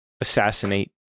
assassinate